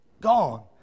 gone